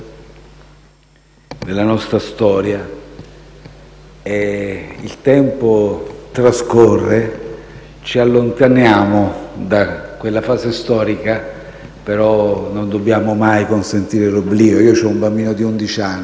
della nostra storia. Il tempo trascorre, ci allontaniamo da quella fase storica, ma non dobbiamo mai consentire l'oblio. Ho un bambino di undici